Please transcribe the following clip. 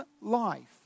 life